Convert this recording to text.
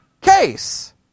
case